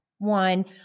One